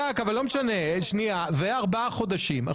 וקורונה.